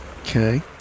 okay